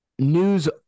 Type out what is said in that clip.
News